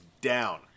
down